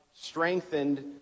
strengthened